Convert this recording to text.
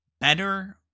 Better